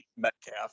metcalf